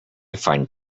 find